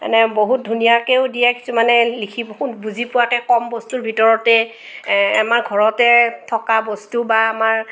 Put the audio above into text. এনে বহুত ধুনীয়াকৈও দিয়ে কিছুমানে লিখি বুজি পোৱাকৈ কম বস্তুৰ ভিতৰতে আমাৰ ঘৰতে থকা বস্তু বা আমাৰ